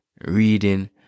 reading